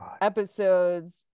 episodes